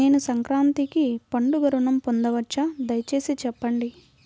నేను సంక్రాంతికి పండుగ ఋణం పొందవచ్చా? దయచేసి చెప్పండి?